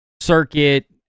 circuit